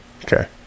Okay